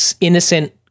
innocent